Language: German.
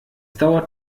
dauert